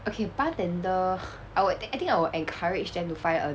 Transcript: okay bartender I think I would encourage them to find a